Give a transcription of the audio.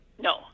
No